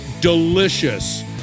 Delicious